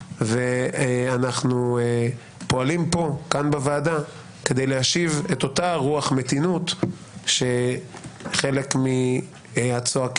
ואנחנו פועלים כאן בוועדה כדי להשיב את אותה רוח מתינות שחלק מהצועקים,